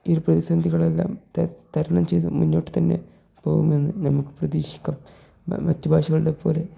ഈ പ്രതിസന്ധകളെല്ലാം ത തരണം ചെയ്തു മുന്നോട്ടു തന്നെ പോകുമെന്ന് നമുക്ക് പ്രതീക്ഷിക്കാം മറ്റു ഭാഷകളുടെ പോലെ